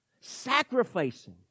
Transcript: sacrificing